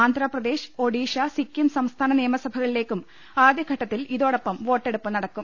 ആന്ധ്ര പ്രദേശ് ഒഡീഷ സിക്കിം സംസ്ഥാനടനിയമസഭകളിലേക്കും ആദൃ ഘട്ടത്തിൽ ഇതോടൊപ്പം വോട്ടെടുപ്പ് നടക്കും